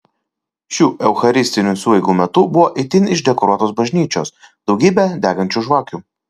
šių eucharistinių sueigų metu buvo itin išdekoruotos bažnyčios daugybė degančių žvakių